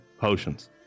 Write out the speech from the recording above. potions